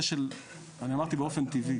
אני אמרתי באופן טבעי,